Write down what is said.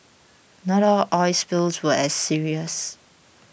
not all oil spills were as serious